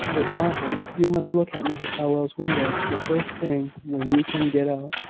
but, margaret you must look at mrs howell's window the first thing when you can get out.